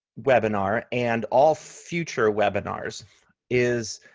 webinar and all future webinars is